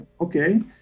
okay